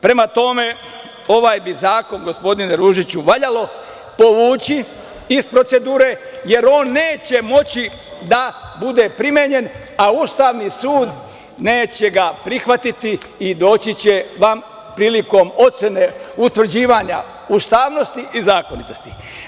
Prema tome, ovaj bi zakon, gospodine Ružiću, valjalo povući iz procedure, jer on neće moći da bude primenjen, a Ustavni sud neće ga prihvatiti i doći će vam prilikom ocene, utvrđivanja ustavnosti i zakonitosti.